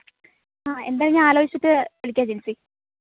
അ എന്തായാലും ഞാൻ ആലോചിച്ചിട്ട് വിളിക്കാം ജിൻസി